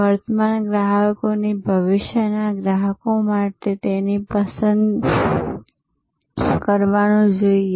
વર્તમાન ગ્રાહકોની અને ભવિષ્યના ગ્રાહકો માટે તેમને પસંદ કરવાનું જોઈએ